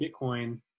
Bitcoin